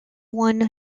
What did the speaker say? won